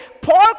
Paul